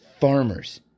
farmers